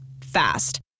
Fast